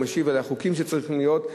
הוא משיב על חוקים שצריכים להיות.